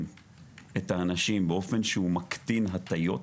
את האנשים באופן שהוא מקטין הטיות.